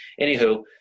anywho